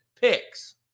picks